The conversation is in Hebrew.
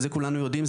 את זה כולנו יודעים,